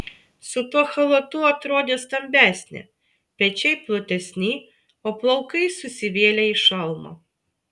su tuo chalatu atrodė stambesnė pečiai platesni o plaukai susivėlę į šalmą